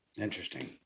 Interesting